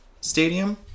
Stadium